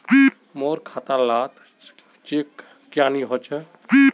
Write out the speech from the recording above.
मोर खाता डा चेक क्यानी होचए?